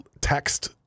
text